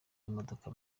y’imodoka